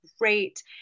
great